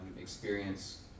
experience